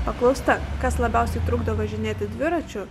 paklausta kas labiausiai trukdo važinėti dviračiu